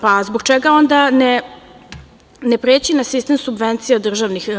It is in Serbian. Pa, zbog čega onda ne preći na sistem subvencija državnih?